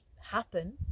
happen